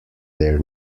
their